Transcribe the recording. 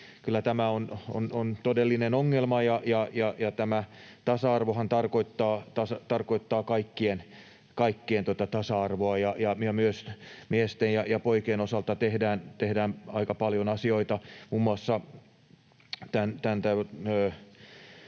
kyllä tämä on todellinen ongelma. Tasa-arvohan tarkoittaa kaikkien tasa-arvoa, ja myös miesten ja poikien osalta tehdään aika paljon asioita.